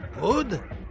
Good